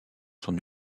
son